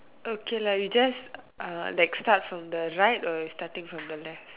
okay lah you just uh like start from the right or you starting from the left